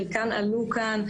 חלקן עלו כאן.